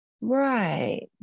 right